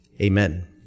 Amen